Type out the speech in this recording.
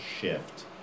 shift